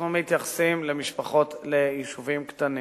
אנחנו מתייחסים ליישובים קטנים.